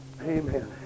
Amen